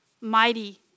mighty